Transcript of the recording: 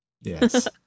Yes